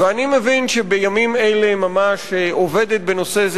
ואני מבין שבימים אלה ממש עובדת בנושא זה